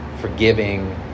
forgiving